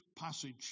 passage